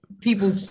people